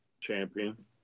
champion